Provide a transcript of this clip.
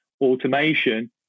automation